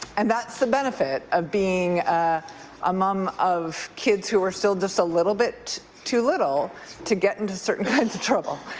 and that's the benefit of being ah a mom of kids who are still just a little bit too little to get into certain kinds of trouble.